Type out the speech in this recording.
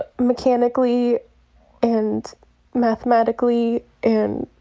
mechanically and mathematically and